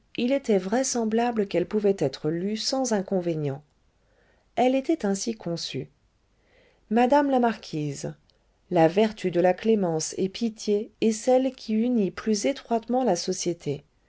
il était vraisemblable qu'elle pouvait être lue sans inconvénient elle était ainsi conçue madame la marquise la vertu de la clémence et pitié est celle qui unit plus étroitement la société